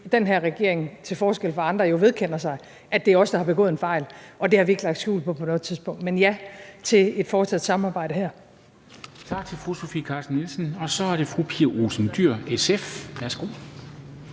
den her regering til forskel fra andre vedkender sig, at det er os, der har begået en fejl. Det har vi ikke lagt skjul på på noget tidspunkt. Men ja til et fortsat samarbejde. Kl. 13:39 Formanden (Henrik Dam Kristensen): Tak til fru Sofie Carsten Nielsen. Så er det fru Pia Olsen Dyhr, SF. Værsgo.